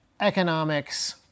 economics